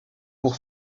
pour